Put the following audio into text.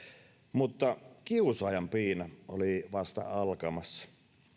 mutta kiusaajan piina oli vasta alkamassa